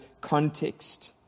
context